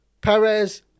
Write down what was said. Perez